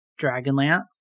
Dragonlance